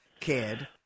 kid